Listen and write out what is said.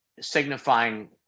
signifying